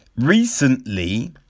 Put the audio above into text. recently